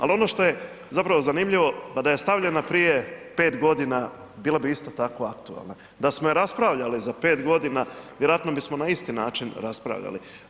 Al ono što je zapravo zanimljivo, pa da je stavljena prije 5.g. bila bi isto tako aktualna, da smo je raspravljali za 5.g. vjerojatno bismo na isti način raspravljali.